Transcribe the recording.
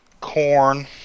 corn